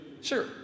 sure